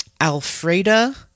Alfreda